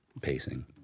pacing